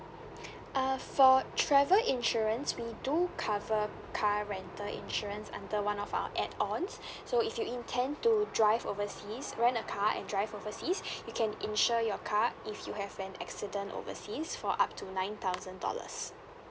uh for travel insurance we do cover car rental insurance under one of our add ons so if you intend to drive overseas rent a car and drive overseas we can insure your car if you have an accident overseas for up to nine thousand dollars